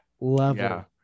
level